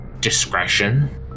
discretion